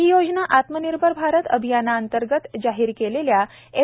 ही योजना आत्मनिर्भर भारत अभियानांतर्गत जाहीर केलेल्या एम